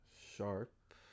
Sharp